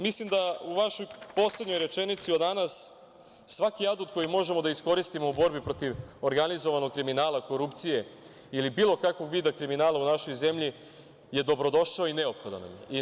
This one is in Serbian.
Mislim da u vašoj poslednjoj rečenici od danas svaki adut koji možemo da iskoristimo u borbi protiv organizovanog kriminala, korupcije ili bilo kakvog vida kriminala u našoj zemlji je dobrodošao i neophodan nam je.